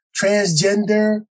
transgender